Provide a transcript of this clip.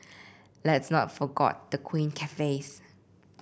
let's not forgot the quaint cafes